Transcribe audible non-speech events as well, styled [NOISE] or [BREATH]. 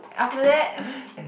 after that [BREATH]